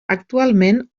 actualment